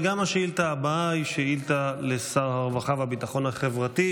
גם השאילתה הבאה היא שאילתה לשר הרווחה והביטחון החברתי,